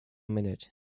minute